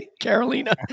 Carolina